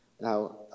Now